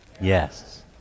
Yes